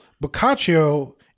Boccaccio